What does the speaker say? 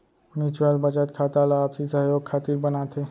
mutual बचत खाता ला आपसी सहयोग खातिर बनाथे